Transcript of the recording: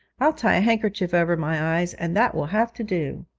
i'll tie a handkerchief over my eyes and that will have to do